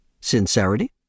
sincerity